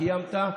קיימת,